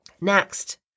next